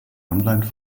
online